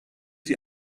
die